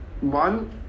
One